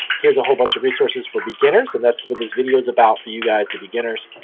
here's a whole bunch of resources for beginners, and that's what this video is about for you guys, the beginners.